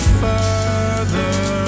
further